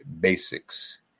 basics